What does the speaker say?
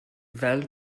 fel